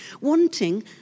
wanting